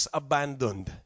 abandoned